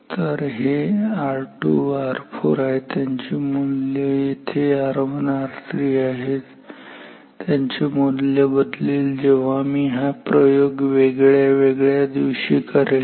तर हे R2 R4 आहेत आणि त्यांची मुल्य येथे R 1 R 3 आहेत त्यांची मूल्य बदलेल जेव्हा मी हा प्रयोग वेगळ्यावेगळ्या दिवशी करेल